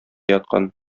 яткан